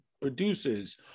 produces